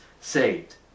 saved